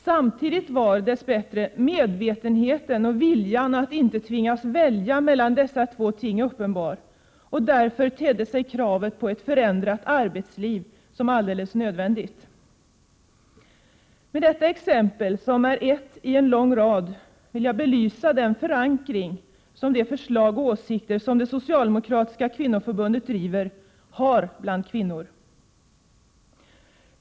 Samtidigt var dess bättre medvetenheten och viljan att inte tvingas välja mellan dessa två ting uppenbar och därför tedde sig kravet på ett förändrat arbetsliv som alldeles nödvändigt. Med detta exempel — som är ett i en lång rad — vill jag belysa den förankring som de förslag och åsikter som det socialdemokratiska kvinnoförbundet driver har bland kvinnor.